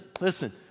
listen